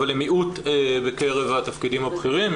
אבל הן מיעוט בקרב התפקידים הבכירים.